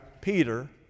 Peter